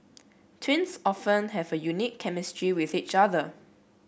twins often have a unique chemistry with each other